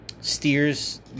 steers